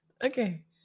okay